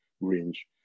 range